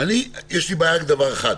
יש לי בעיה רק עם דבר אחד,